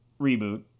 reboot